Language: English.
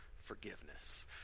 forgiveness